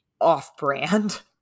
off-brand